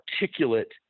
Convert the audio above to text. articulate